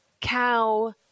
Cow